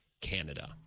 Canada